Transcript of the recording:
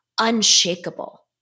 unshakable